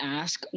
ask